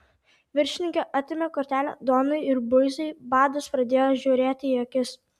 viršininkė atėmė kortelę duonai ir buizai badas pradėjo žiūrėti į akis